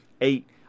eight